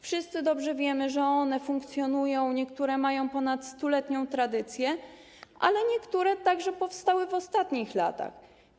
Wszyscy dobrze wiemy, że one funkcjonują, niektóre mają ponad 100-letnią tradycję, ale niektóre powstały w ostatnich latach.